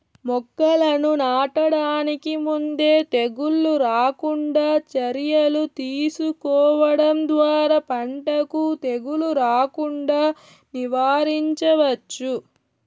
మొక్కలను నాటడానికి ముందే తెగుళ్ళు రాకుండా చర్యలు తీసుకోవడం ద్వారా పంటకు తెగులు రాకుండా నివారించవచ్చు